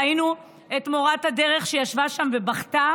ראינו את מורת הדרך שישבה שם ובכתה